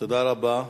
תודה רבה.